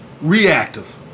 reactive